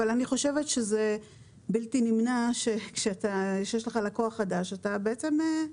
אבל אני חושבת שזה בלתי נמנע שכאשר יש לך לקוח חדש אתה לוקח פרטים.